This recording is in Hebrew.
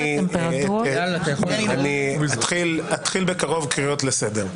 אני אתחיל בקרוב קריאות לסדר.